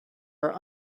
are